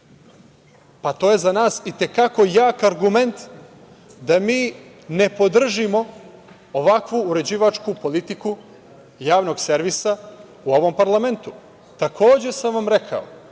Pa, to je za nas i te kako jak argument da mi ne podržimo ovakvu uređivačku politiku javnog servisa u ovom parlamentu. Takođe sam vam rekao